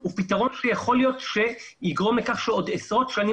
הוא פתרון שיכול להיות שיגרום לכך שעוד עשרות שנים